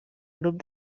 grup